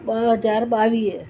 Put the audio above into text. ॿ हज़ार ॿावीह